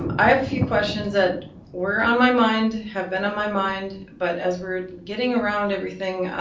um i have a few questions that were on my mind, have been on my mind, but as we're getting around everything